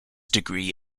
degree